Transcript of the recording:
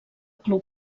club